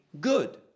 good